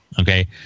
Okay